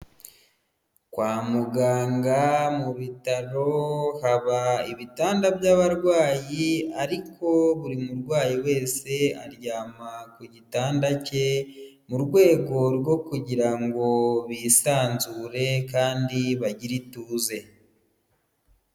Kwa muganga, mu bitaro, haba ibitanda by'abarwayi, ariko buri murwayi wese aryama ku gitanda cye, mu rwego rwo kugira ngo bisanzure, kandi bagire ituze.